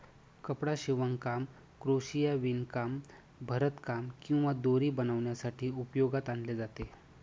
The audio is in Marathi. कपडा शिवणकाम, क्रोशिया, विणकाम, भरतकाम किंवा दोरी बनवण्यासाठी उपयोगात आणले जाते